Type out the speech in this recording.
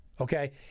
Okay